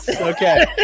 Okay